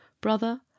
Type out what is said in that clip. Brother